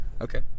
Okay